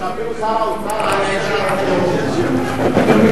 אפילו שר האוצר היה, רופא לא מזמן.